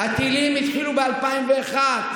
--- הטילים התחילו ב-2001.